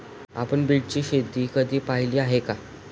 आपण बीटची शेती कधी पाहिली आहे का?